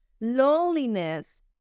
Loneliness